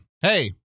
Hey